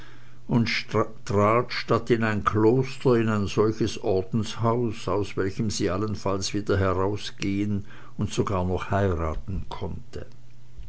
und trat statt in ein kloster in ein solches ordenshaus aus welchem sie allenfalls wieder herausgehen und sogar noch heiraten konnte